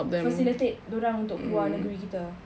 facilitate dorang untuk keluar negeri kita